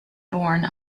borne